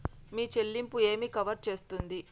మీ చెల్లింపు ఏమి కవర్ చేస్తుంది?